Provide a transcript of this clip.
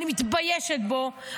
אני מתביישת בו.